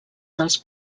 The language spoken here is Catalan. dels